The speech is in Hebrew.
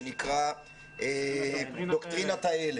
שנקרא "דוקטרינת ההלם".